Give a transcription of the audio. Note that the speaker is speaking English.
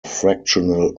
fractional